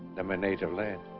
than my native land